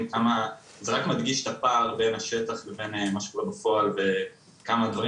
אבל זה רק מדגיש את הפער בין השטח לבין מה שקורה בפועל,